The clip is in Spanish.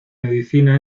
medicina